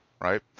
right